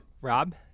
Rob